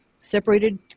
separated